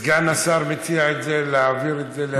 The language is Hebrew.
סגן השר מציע להעביר את זה?